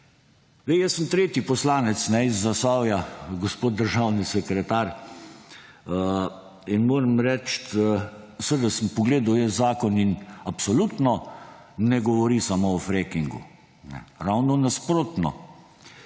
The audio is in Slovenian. Jaz sem tretji poslanec iz Zasavja, gospod državni sekretar, in moram reči, seveda sem pogledal zakon in absolutno ne govori samo o frackingu, ravno nasprotno.